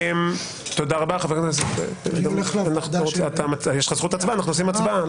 אנחנו עושים הצבעה.